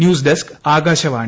news desk Akashvani